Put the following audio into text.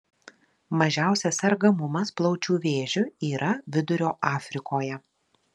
mažiausias sergamumas plaučių vėžiu yra vidurio afrikoje